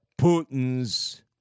Putin's